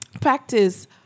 practice